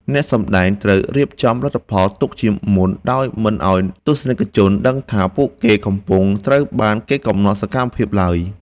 អ្នកសម្តែងត្រូវរៀបចំលទ្ធផលទុកជាមុនដោយមិនឱ្យទស្សនិកជនដឹងថាពួកគេកំពុងត្រូវបានគេកំណត់សកម្មភាពឡើយ។